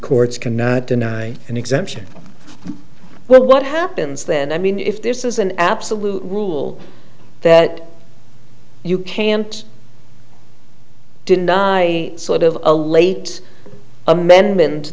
courts cannot deny an exemption well what happens then i mean if this is an absolute rule that you can't didn't i sort of a late amendment